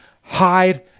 hide